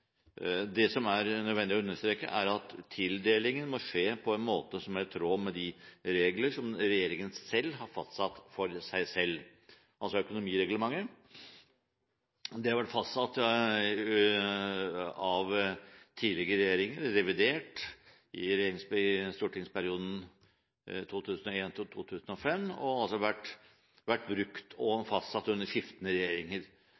Det som er nødvendig å understreke, er at tildelingen må skje i tråd med de regler som regjeringen selv har fastsatt for seg selv. Økonomireglementet ble fastsatt av en tidligere regjering og ble revidert i stortingsperioden 2001–2005. Det er altså blitt brukt – og fastsatt – under skiftende regjeringer.